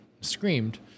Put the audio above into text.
screamed